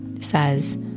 says